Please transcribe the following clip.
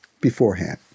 beforehand